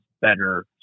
better